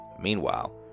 Meanwhile